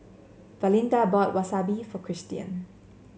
Valinda bought Wasabi for Cristian